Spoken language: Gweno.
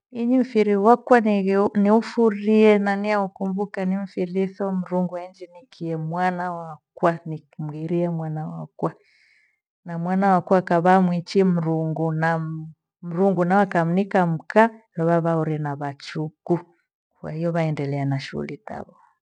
Inyi mfiri wakwa nirio niufurie na niaukumbuka ni mfiri tho mrughu anjinikiye mwana wakwa, nikimgherie mwana wakwe. Na mwana wakwa akava mwichi Mrungu naa- am Mrungu nawe akamnika mka mira vaore na vachuku. Kwahiyo vaendelea na shughuli tavo.